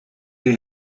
they